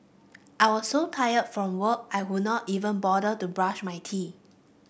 I was so tired from work I could not even bother to brush my teeth